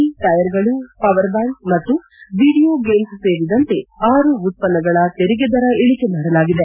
V ಟ್ಲೆಯರ್ಗಳು power bank ಮತ್ತು video games ಸೇರಿದಂತೆ ಆರು ಉತ್ತನ್ನಗಳ ತೆರಿಗೆ ದರ ಇಳಿಕೆ ಮಾಡಲಾಗಿದೆ